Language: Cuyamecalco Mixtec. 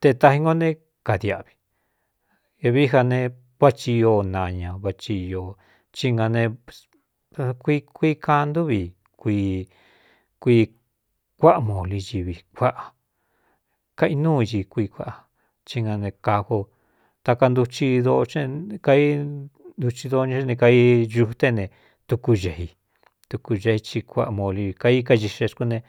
te taxi ngo né kadiꞌvi avií jā ne váꞌ thi io naña váchi īó í nkuii kuii kaan ntúvi ku kuii kuáꞌa moli civi kuáꞌa kainúu i kui kuaꞌa í nga ne kavo takanddkai ntuchi dooña é ne kai ñuté ne tukú eꞌ i tuku ee hi kuáꞌa moli vi kai kaxiꞌxe xkúne.